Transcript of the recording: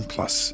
Plus